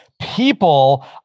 people